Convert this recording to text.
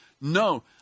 No